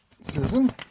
Susan